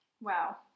Wow